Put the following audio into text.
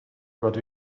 rydw